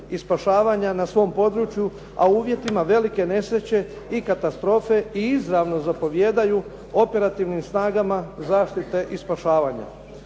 i spašavanja na svom području, a u uvjetima velike nesreće i katastrofe i izravno zapovijedaju operativnim snagama zaštite i spašavanja.